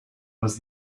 was